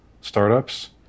startups